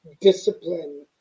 discipline